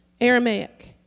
Aramaic